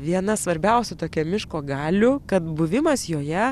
viena svarbiausių tokia miško galių kad buvimas joje